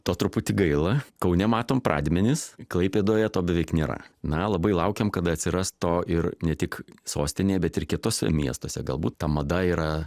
to truputį gaila kaune matom pradmenis klaipėdoje to beveik nėra na labai laukiam kada atsiras to ir ne tik sostinėje bet ir kituose miestuose galbūt ta mada yra